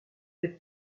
les